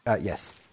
Yes